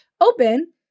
open